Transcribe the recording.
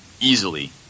easily